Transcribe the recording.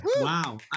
wow